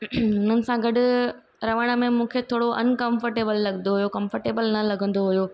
हुननि सां गॾु रहण में मूंखे थोरो अनकंफर्टेबल लॻंदो हुयो कंफर्टेबल न लॻंदो हुयो